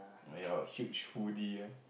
oh ya huge foodie eh